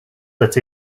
that